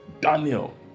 Daniel